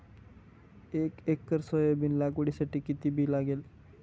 एक acre soybean लागवडीसाठी किती बी लागेल?